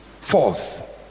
Fourth